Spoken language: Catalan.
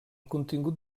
contingut